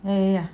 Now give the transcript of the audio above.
!aiya!